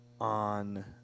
on